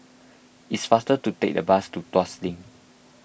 it's faster to take the bus to Tuas Link